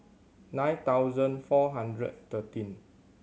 nine thousand four hundred thirteen